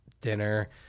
dinner